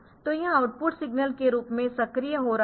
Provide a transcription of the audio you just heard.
तो यह output signal के रूप में सक्रिय हो रहा है